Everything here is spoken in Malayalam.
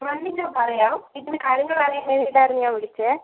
വണ്ടി ഞാൻ പറയാം ഇത്തിരി കാര്യങ്ങളറിയാൻ വേണ്ടിയിട്ടായിരുന്നു ഞാൻ വിളിച്ചത്